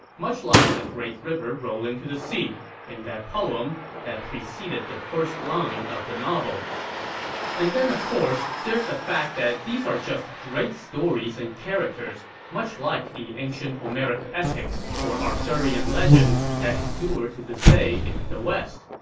much like the great river rolling to the sea in the poem that preceded the first line of the novel and then, of course, there's the fact that these are just great stories and characters, much like the ancient homeric epics or arthurian legends that endure to this day in the west.